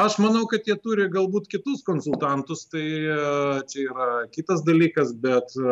aš manau kad jie turi galbūt kitus konsultantus tai čia yra kitas dalykas bet